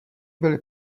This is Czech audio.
byly